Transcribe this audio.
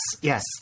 yes